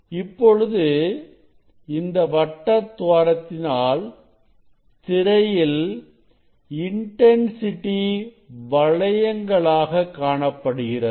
இப்பொழுது இந்த வட்டத்துவாரத்தினால் திரையில் இன்டன்சிட்டி வளையங்களாக காணப்படுகிறது